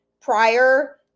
prior